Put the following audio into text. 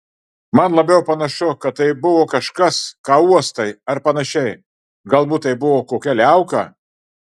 man labiau panašu kad tai buvo kažkas ką uostai ar panašiai galbūt tai buvo kokia liauka